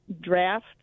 draft